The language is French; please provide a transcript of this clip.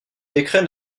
décret